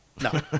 no